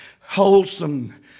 wholesome